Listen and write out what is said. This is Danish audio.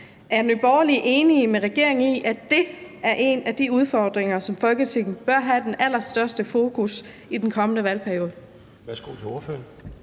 Er Nye Borgerlige enige med regeringen i, at det er en af de udfordringer, som Folketinget bør have den allerstørste fokus på i den kommende valgperiode?